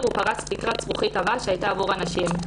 ופרצה תקרת זכוכית עבה שהייתה עבור הנשים.